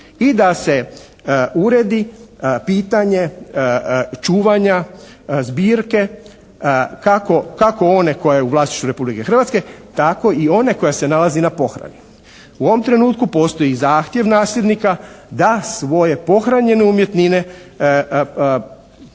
i da se uredi pitanje čuvanja zbirke kako one koja je u vlasništvu Republike Hrvatske, tako i one koja se nalazi na pohrani. U ovom trenutku postoji i zahtjev nasljednika da svoje pohranjene umjetnine povuku